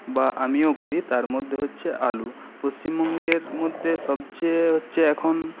বা আমিও করি তার মধ্যে হচ্ছে আলু পশ্চিমবঙ্গের মধ্যে সবচেয়ে হচ্ছে এখন